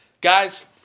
Guys